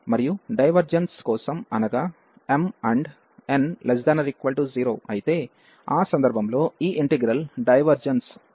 మరియు డైవర్జెన్స్ కోసం అనగా mn ≤ 0 అయితే ఆ సందర్భంలో ఈ ఇంటిగ్రల్ డైవర్జెన్స్ అవుతుంది